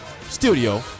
studio